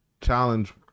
challenge